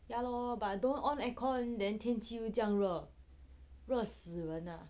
ya lo but don't on aircon then 天气又将热热死人啊